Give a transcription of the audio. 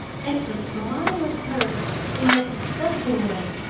and to smile at her in that disgusting way!